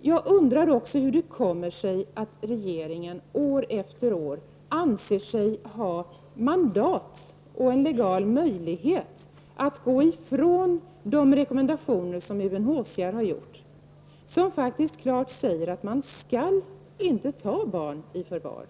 Jag undrar hur det kommer sig att regeringen år efter år anser sig ha mandat och legala möjligheter att frångå UNHCRSs klara rekommendationer om att barn inte skall tas i förvar.